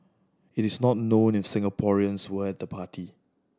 it is not known if Singaporeans were at the party